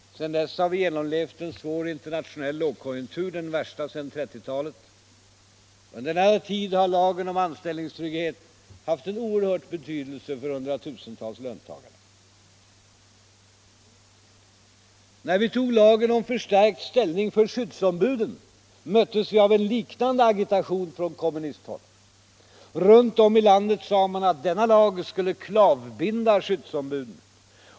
Sedan dess har vi genomlevt en svår internationell lågkonjunktur, den värsta sedan 1930-talet. Under denna tid har lagen om anställningstrygghet haft en oerhörd betydelse för hundratusentals löntagare. När vi tog lagen om förstärkt ställning för skyddsombuden möttes vi av en liknande agitation från kommunisthåll. Runt om i landet sade man att denna lag skulle klavbinda skyddsombuden.